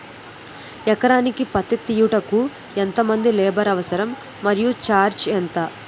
ఎకరానికి పత్తి తీయుటకు ఎంత మంది లేబర్ అవసరం? మరియు ఛార్జ్ ఎంత?